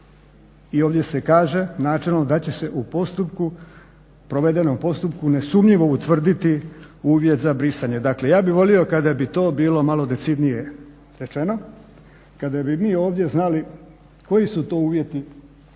I ovdje se kaže načelno da će se u provedenom postupku nesumnjivo utvrditi uvjet za brisanje. Dakle, ja bih volio kada bi to bilo malo decidnije rečeno, kada bi mi ovdje znali koji su to uvjeti koji